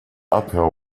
uphill